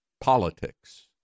politics